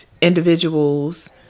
individuals